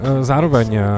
Zároveň